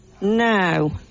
No